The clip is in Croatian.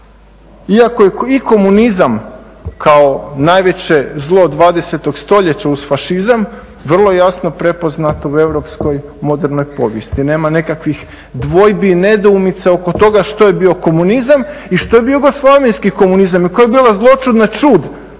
Iako je komunizam kao najveće zlo 20.stoljeća uz fašizam vrlo jasno prepoznato u europskoj modernoj povijesti, nema nekakvih dvojbi, nedoumica oko toga što je bio komunizam i što je bio jugoslavenski komunizam i koja je bila zloćudna ćud